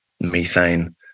methane